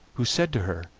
who said to her